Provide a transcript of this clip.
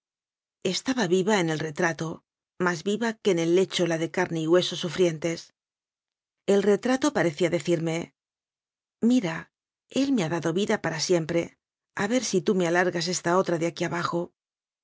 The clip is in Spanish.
estaba yiva en el retrato más viva que en el lecho la de carne y hueso sufrientes y el retrato parecía decirme mira él me ha dado vida para siempre a ver si tú me alargas está otra de aquí abajo